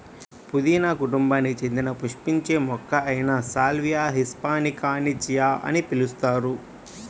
పుదీనా కుటుంబానికి చెందిన పుష్పించే మొక్క అయిన సాల్వియా హిస్పానికాని చియా అని పిలుస్తారు